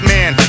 Man